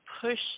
push